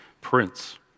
prince